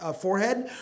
forehead